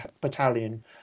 battalion